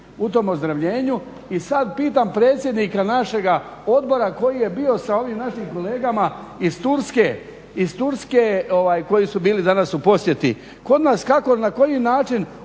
u tom ozdravljenju i sad pitam predsjednika našega odbora koji je bio sa ovim našim kolegama iz Turske koji su bili danas u posjeti kod nas, kako, na koji način